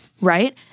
Right